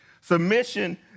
Submission